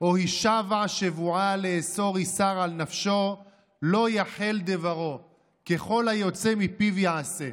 או השבע שבעה לאסֹר אסר על נפשו לא יחל דברו ככל היֹצא מפיו יעשה".